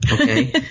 Okay